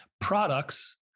Products